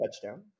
touchdown